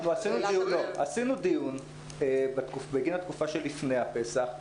עשינו דיון בגין התקופה שלפני הפסח.